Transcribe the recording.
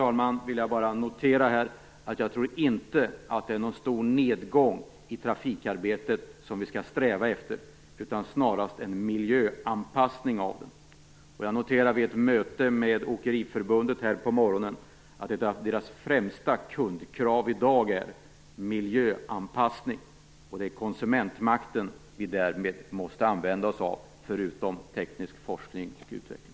Till sist vill jag bara säga att jag inte tror att vi skall sträva efter någon stor nedgång i trafikarbetet utan snarast en miljöanpassning av det. Jag noterade vid ett möte med Åkeriförbundet här på morgonen att ett av deras främsta kundkrav i dag är miljöanpassning. Det är konsumentmakten vi därvid måste använda oss av, förutom teknisk forskning och utveckling.